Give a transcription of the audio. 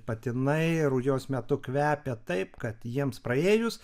patinai rujos metu kvepia taip kad jiems praėjus